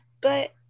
but-